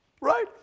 Right